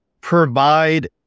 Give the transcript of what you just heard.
provide